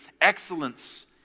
excellence